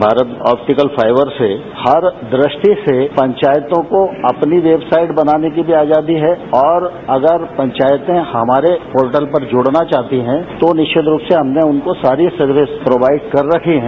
Bharat optical fibre से हर दृष्टि से पंचायतों को अपनी वेबसाइट बनाने की आजादी है और अगर पंचायतें हमारे पोर्टल पर जुड़ना चाहती हैं तो निश्चित रूप से हमने उनको सारी सर्विस प्रोवाइड कर रखी हैं